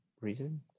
reason